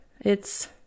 It's